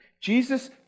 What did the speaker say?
Jesus